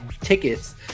tickets